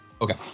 Okay